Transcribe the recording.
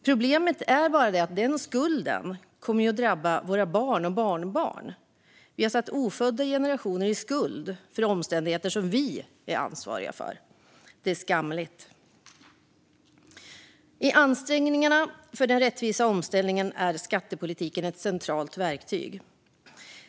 Problemet är att skulden kommer att drabba våra barn och barnbarn. Vi sätter ofödda generationer i skuld för omständigheter som vi är ansvariga för. Det är skamligt. I ansträngningarna för den rättvisa omställningen är skattepolitiken ett centralt verktyg.